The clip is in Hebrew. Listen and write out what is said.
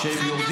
טלי?